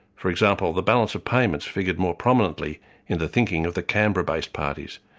for example the balance of payments figured more prominently in the thinking of the canberra-based parties,